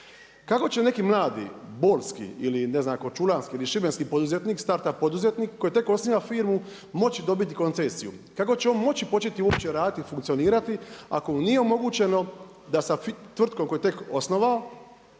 Kako će neki mladi bolski ili ne znam korčulanski ili šibenski poduzetnik start up poduzetnik koji tek osniva firmu moći dobiti koncesiju? Kako će on moći uopće početi raditi i funkcionirati ako mu nije omogućeno da sa tvrtkom koju je tek osnovao